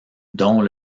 dont